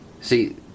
See